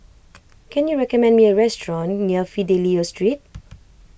can you recommend me a restaurant near Fidelio Street